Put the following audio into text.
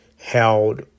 held